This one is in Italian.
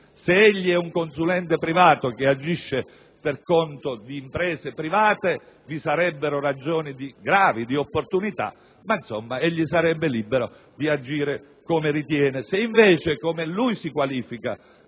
Se egli è un consulente privato che agisce per conto di imprese private, vi sarebbero gravi ragioni di opportunità ma, insomma, egli sarebbe libero di agire come ritiene. Se, invece, in base a